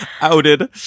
outed